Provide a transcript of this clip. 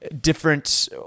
different